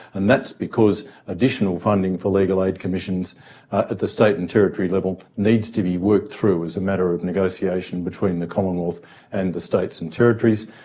and that's because additional funding for legal aid commissions at the state and territory level needs to be worked through as a matter of negotiation between the commonwealth and the states and territories.